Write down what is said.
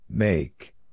Make